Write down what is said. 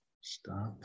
stop